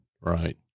right